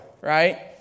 right